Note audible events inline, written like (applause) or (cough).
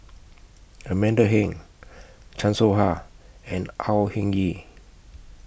(noise) Amanda Heng (noise) Chan Soh Ha and Au Hing Yee